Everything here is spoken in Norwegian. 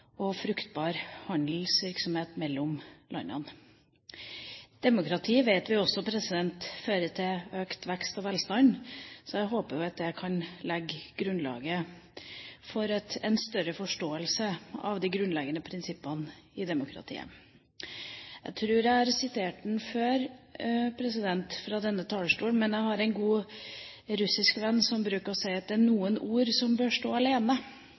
fruktbar handelsvirksomhet mellom landene. Vi vet at demokrati også fører til økt vekst og velstand, så jeg håper det kan legge grunnlaget for en større forståelse av de grunnleggende prinsippene i demokratiet. Jeg tror jeg har sitert ham før fra denne talerstolen, en god russisk venn som bruker å si at det er noen ord som bør stå alene,